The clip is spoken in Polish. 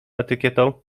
etykietą